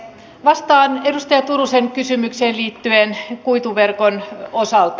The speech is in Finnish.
vastaan edustaja turusen kysymykseen kuituverkon osalta